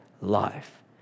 life